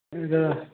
ଏଇଟା